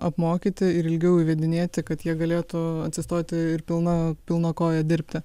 apmokyti ir ilgiau įvedinėti kad jie galėtų atsistoti ir pilna pilna koja dirbti